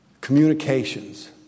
communications